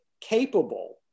capable